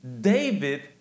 David